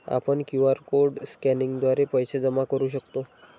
आपण QR code स्कॅनिंगद्वारे पैसे जमा करू शकतो